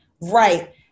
Right